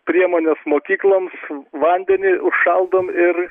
priemones mokykloms vandenį užšaldom ir